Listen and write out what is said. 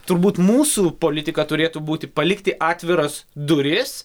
turbūt mūsų politika turėtų būti palikti atviras duris